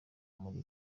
muri